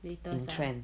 latest ah